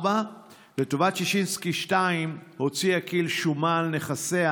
4. לטובת ששינסקי-2 הוציאה כיל שומה על נכסיה